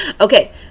Okay